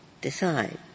decide